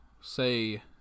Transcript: say